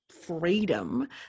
freedom